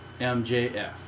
MJF